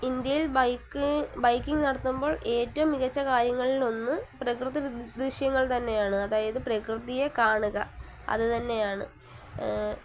ഇന്ത്യയിൽ bike biking നടത്തുമ്പോൾ ഏറ്റവും മികച്ച കാര്യങ്ങളിലൊന്ന് പ്രകൃത്രി ദൃശ്യങ്ങൾ തന്നെയാണ് അതായത് പ്രകൃതിയെ കാണുക അതുതന്നെയാണ്